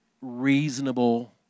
reasonable